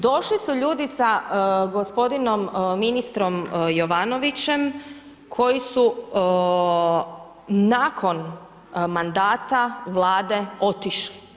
Došli su ljudi sa gospodinom ministrom Jovanovićem koji su nakon mandata Vlade otišli.